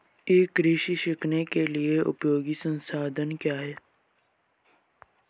ई कृषि सीखने के लिए उपयोगी संसाधन क्या हैं?